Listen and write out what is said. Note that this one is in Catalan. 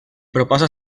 proposa